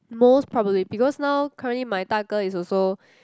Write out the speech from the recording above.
most probably because now currently my 大哥 is also